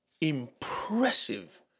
impressive